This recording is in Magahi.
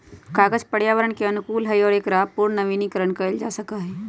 कागज पर्यावरण के अनुकूल हई और एकरा पुनर्नवीनीकरण कइल जा सका हई